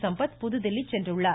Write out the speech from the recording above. சம்பத் புதுதில்லிக்கு சென்றுள்ளார்